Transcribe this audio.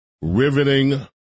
riveting